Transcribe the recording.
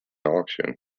auction